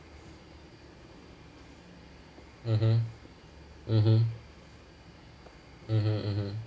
mmhmm mmhmm mmhmm mmhmm